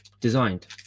designed